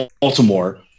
Baltimore